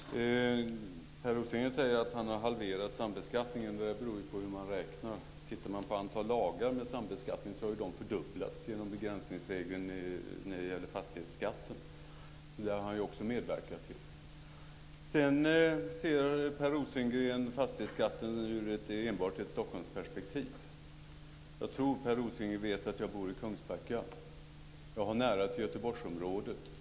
Fru talman! Per Rosengren säger att han har varit med om att halvera sambeskattningen. Det beror på hur man räknar. Antalet lagar angående sambeskattningen har fördubblats genom begränsningsregeln för fastighetsskatten. Det har han också medverkat till. Per Rosengren ser fastighetsskatten enbart ur ett Stockholmsperspektiv. Jag tror att Per Rosengren vet att jag bor i Kungsbacka. Jag har nära till Göteborgsområdet.